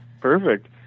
perfect